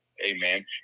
Amen